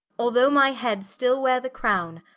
although my head still weare the crowne,